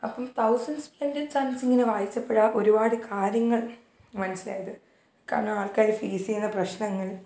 അപ്പം തൗസൻഡ് സ്പെൻറ്റിൻസൻസിങ്ങനെ വായിച്ചപ്പോൾ ഒരുപാട് കാര്യങ്ങൾ മനസ്സിലായത് കാരണം ആൾക്കാർ ഫേസ് ചെയ്യുന്ന പ്രശ്നങ്ങൾ